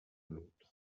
l’autre